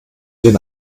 den